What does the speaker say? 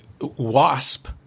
WASP